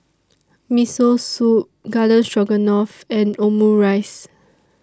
Miso Soup Garden Stroganoff and Omurice